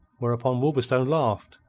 whereupon wolverstone laughed,